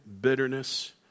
bitterness